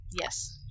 yes